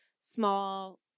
small